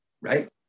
right